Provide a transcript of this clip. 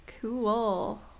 Cool